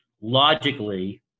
Logically